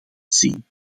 zien